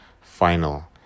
final